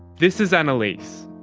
this is annaleise,